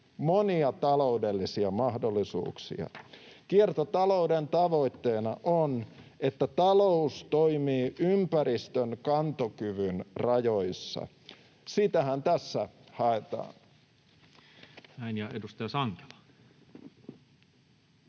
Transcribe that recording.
monia taloudellisia mahdollisuuksia. Kiertotalouden tavoitteena on, että talous toimii ympäristön kantokyvyn rajoissa. Sitähän tässä haetaan. [Speech 3] Speaker: